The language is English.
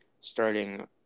starting